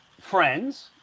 friends